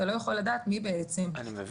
אתה לא יכול לדעת מי בעצם הילדים.